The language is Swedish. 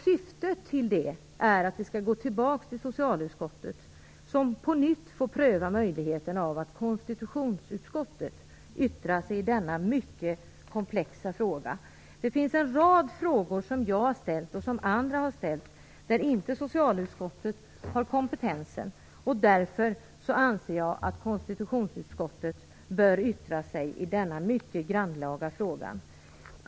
Syftet med det är att det skall gå tillbaka till socialutskottet, som på nytt får pröva möjligheten att låta konstitutionsutskottet yttra sig i denna mycket komplexa fråga. Jag och andra har ställt en rad frågor som socialutskottet inte har kompetens att behandla, och jag anser därför att konstitutionsutskottet bör yttra sig i denna mycket grannlaga fråga.